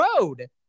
road